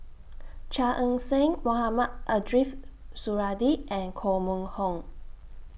Chia Ann Siang Mohamed Ariff Suradi and Koh Mun Hong